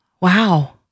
Wow